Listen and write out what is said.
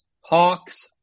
Hawks